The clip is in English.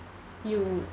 you